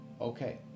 Okay